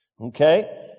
Okay